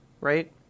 right